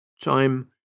Time